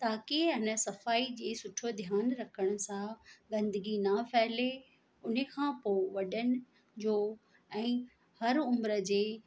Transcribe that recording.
ताकि अञा सफ़ाई जे सुठो ध्यानु रखण सां गंदगी न फैले उन खां पोइ वॾनि जो ऐं हर उमिरि जे